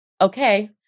okay